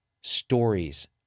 Stories